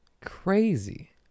Crazy